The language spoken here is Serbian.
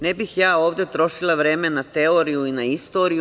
Ne bih ja ovde trošila vreme na teoriju i na istoriju.